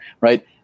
Right